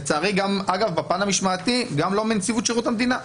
אגב, בפן המשמעתי גם לא מנציבות שירות המדינה.